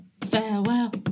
farewell